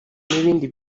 n’ibindi